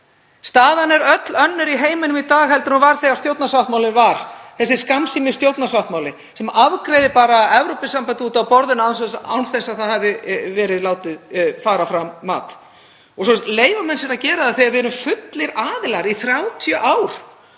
Staðan er öll önnur í heiminum í dag en var þegar stjórnarsáttmálinn var gerður, þessi skammsýni stjórnarsáttmáli, sem afgreiðir bara Evrópusambandið út af borðinu án þess að það hafi verið látið fara fram mat. Svo leyfa menn sér að gera það þegar við erum fullir aðilar í 30 ár